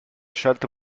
scelto